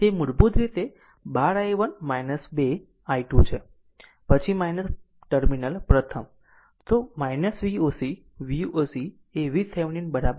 તે મૂળભૂત રીતે 12 i1 2 i2 છે પછી ટર્મિનલ પ્રથમ